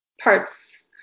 parts